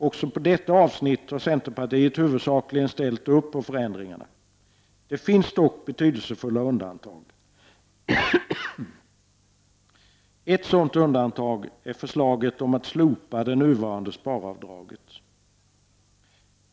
Också på detta avsnitt har centerpartiet huvudsakligen ställt upp på förändringarna. Det finns dock betydelsefulla undantag. Ett sådant undantag är förslaget att slopa det nuvarande sparavdraget.